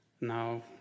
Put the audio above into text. now